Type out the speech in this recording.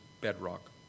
bedrock